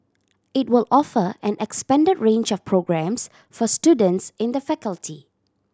it will offer an expanded range of programmes for students in the faculty